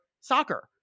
soccer